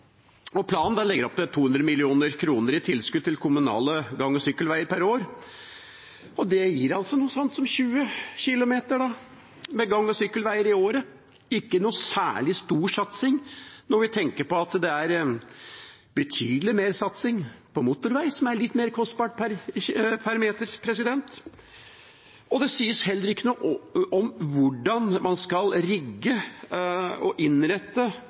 uteblir. Planen legger opp til 200 mill. kr i tilskudd til kommunale gang- og sykkelveier per år. Det gir noe slikt som 20 kilometer med gang- og sykkelveier i året – ikke noen særlig stor satsing når vi tenker på at det er betydelig mer satsing på motorvei, som er litt mer kostbart per meter. Det sies heller ikke noe om hvordan man skal rigge og innrette